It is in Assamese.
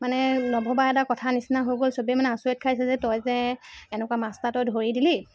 মানে নভবা এটা কথা নিচিনা হৈ গ'ল চবে মানে আচৰিত খাইছে যে তই যে এনকুৱা মাছ এটা তই ধৰি দিলি